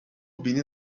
بینی